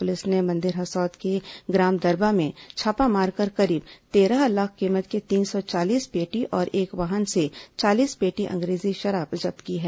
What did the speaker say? police ने मंदिर हसौद के ग्राम दरबा में छापा मारकर करीब तेरह लाख कीमत की तीन सौ चालीस पेटी और एक वाहन से चालीस पेटी अंग्रेजी शराब जब्त की है